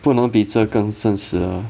不能比这更真实 ah